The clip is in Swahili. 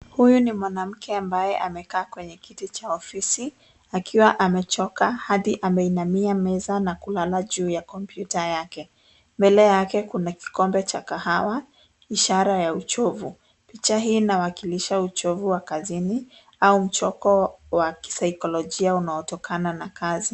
Huyu ni mwanamke ambaye amekaa kwenye kiti cha ofisi akiwa amechoka hadi ameinamia meza na kulala juu ya kompyuta yake. Mbele yake kuna kikombe cha kahawa, ishara ya uchovu. Picha hii inawakilisha uchovu kazini au mchoko wa kisaikolojia unaotokana na kazi.